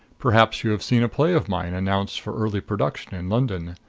perhaps you have seen a play of mine announced for early production in london.